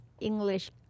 English